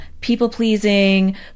people-pleasing